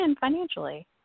financially